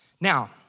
Now